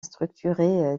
structurer